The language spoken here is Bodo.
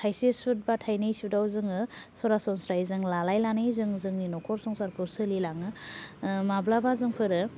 थायसे सुद बा थायनै सुदाव जोङो सरासनस्रायै जों लालायनानै जों जोंनि न'खर संसारखौ सोलि लाङो माब्लाबा जोंफोरो